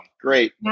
great